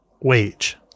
wage